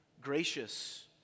gracious